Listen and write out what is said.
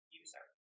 user